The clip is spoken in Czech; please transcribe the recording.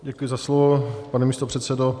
Děkuji za slovo, pane místopředsedo.